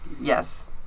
Yes